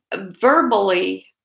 verbally